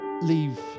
leave